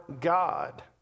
God